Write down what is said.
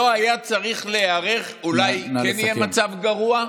לא היה צריך להיערך, אולי כן יהיה מצב גרוע?